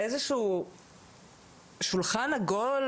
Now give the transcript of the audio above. - איזשהו 'שולחן עגול',